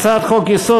קובע כי כל הסעיפים,